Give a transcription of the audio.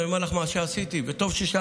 אני אומר לך מה עשיתי, וטוב ששאלת.